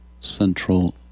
Central